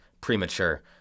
premature